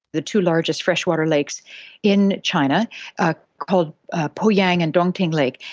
the two largest freshwater lakes in china are called poyang and dongting lake.